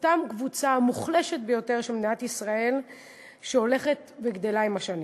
אותה קבוצה המוחלשת ביותר של מדינת ישראל שהולכת וגדלה עם השנים.